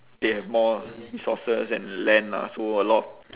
they have more resources and land lah so a lot of